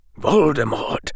Voldemort